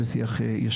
היא שיח ישיר,